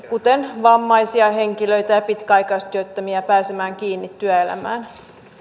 kuten vammaisia henkilöitä ja pitkäaikaistyöttömiä pääsemään kiinni työelämään